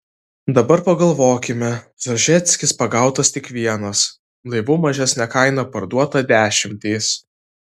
dabar pagalvokime zažeckis pagautas tik vienas laivų mažesne kaina parduota dešimtys